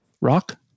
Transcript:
rock